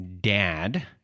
dad